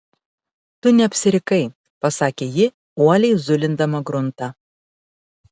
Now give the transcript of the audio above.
tu neapsirikai pasakė ji uoliai zulindama gruntą